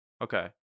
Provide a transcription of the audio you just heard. Okay